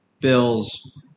bills